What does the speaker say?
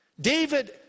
David